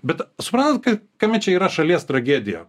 bet suprantat kad kame čia yra šalies tragedija